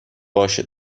باشه